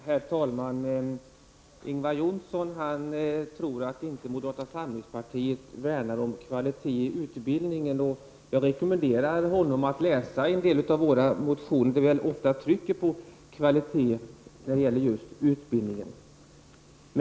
Herr talman! Ingvar Johnsson tror att moderata samlingspartiet inte värnar om kvalitet i utbildningen. Jag rekommenderar honom att läsa en del av våra motioner, i vilka vi ofta betonar kvaliteten när det gäller just utbildningen.